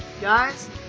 Guys